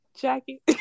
Jackie